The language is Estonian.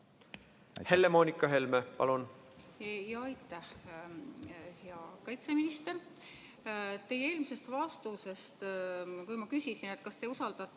Helle-Moonika Helme, palun! Aitäh! Hea kaitseminister! Teie eelmisest vastusest, kui ma küsisin, kas te usaldate